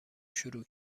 شروع